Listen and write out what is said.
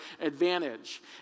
advantage